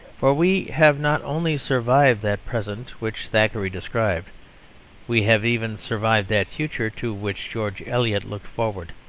for we have not only survived that present which thackeray described we have even survived that future to which george eliot looked forward.